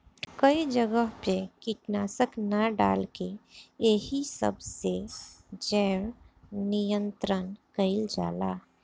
कई जगह पे कीटनाशक ना डाल के एही सब से जैव नियंत्रण कइल जाला